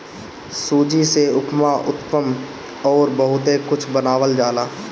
सूजी से उपमा, उत्तपम अउरी बहुते कुछ बनावल जाला